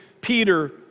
Peter